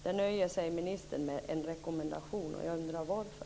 Där nöjer sig ministern med en rekommendation. Jag undrar varför.